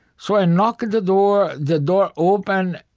so i knocked the door, the door opened,